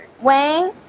Wayne